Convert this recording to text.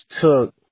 took